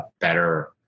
better